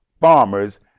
farmers